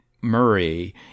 Murray